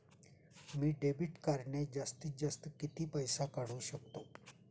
मी debit कार्डने जास्तीत जास्त किती पैसे काढू शकतो?